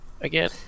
again